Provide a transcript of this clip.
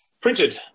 printed